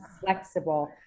flexible